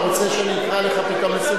אתה רוצה שאני אקרא אותך פתאום לסדר,